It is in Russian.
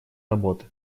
работы